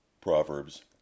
Proverbs